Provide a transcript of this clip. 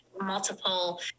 Multiple